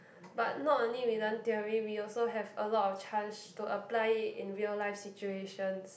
but not only we learn theory we also have a lot of chance to apply it in real life situations